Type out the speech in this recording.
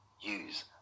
use